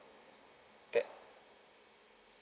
that